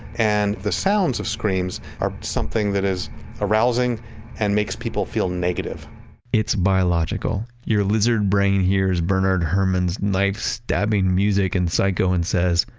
and the sounds of screams are something that is arousing and makes people feel negative it's biological. your lizard brain hears bernard herrmann's knife-stabbing music in psycho and says,